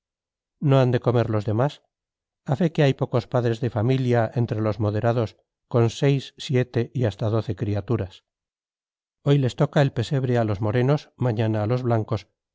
no han de comer los demás a fe que hay pocos padres de familia entre los moderados con seis siete y hasta doce criaturas hoy les toca el pesebre a los morenos mañana a los blancos